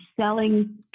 selling